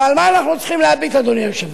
אבל על מה אנחנו צריכים להביט, אדוני היושב-ראש?